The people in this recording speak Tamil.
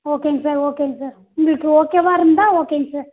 ஓகேங்க சார் ஓகேங்க சார் உங்களுக்கு ஓகேவாக இருந்தால் ஓகேங்க சார்